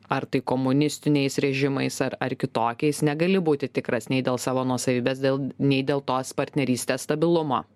ar tai komunistiniais režimais ar ar kitokiais negali būti tikras nei dėl savo nuosavybės dėl nei dėl tos partnerystės stabilumo